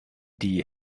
die